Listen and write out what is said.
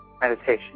meditation